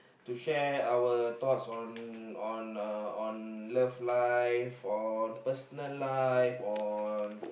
to share our thoughts on on on love life or personal life or